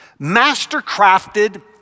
mastercrafted